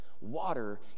Water